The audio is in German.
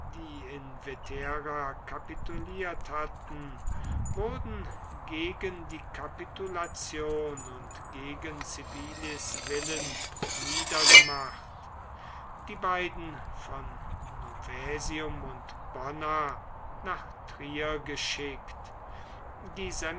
vetera kapituliert hatten wurden gegen die kapitulation und gegen civilis willen niedergemacht die beiden von novaesium und bonna nach trier geschickt